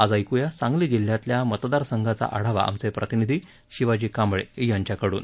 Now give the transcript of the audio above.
आज ऐक्या सांगली जिल्हयातल्या मतदार संघांचा आढावा आमचे प्रतिनिधी शिवाजी कांबळे यांच्या कडून